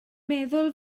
meddwl